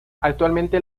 actualmente